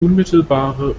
unmittelbare